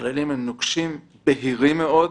הכללים נוקשים, בהירים מאוד,